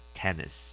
tennis